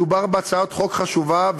מדובר בהצעת חוק חשובה,